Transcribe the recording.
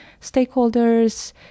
stakeholders